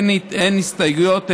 אין הסתייגויות,